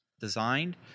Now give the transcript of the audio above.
designed